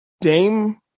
Dame